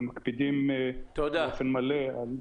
ומקפידים באופן מלא --- תודה.